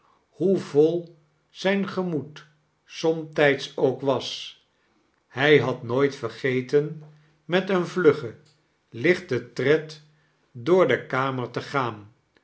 hoe vol zijn gemoed somtijds ook was hij had nooit vergeten met een vluggen lichten tred door de kamer te gaan